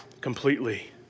completely